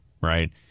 right